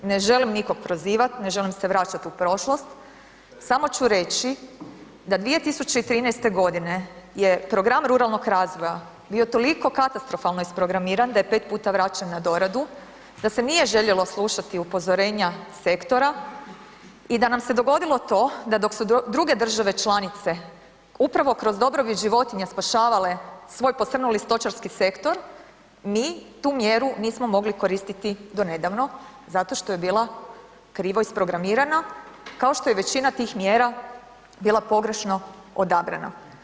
Ne želim nikog prozivat, ne želim se vraća u prošlost, samo ću reći da 2013. g. je program ruralnog razvoja bio toliko katastrofalno isprogramiran da je 5 puta vraćen na doradu, da se nije željelo slušati upozorenja sektora i da nam se dogodilo to da dok su druge države članice upravo kroz dobrobit životinja spašavale svoj posrnuli stočarski sektor, mi tu mjeru nismo mogli koristiti do nedavno, zato što je bila krivo isprogramirana kao što je većina tih mjera bila pogrešno odabrana.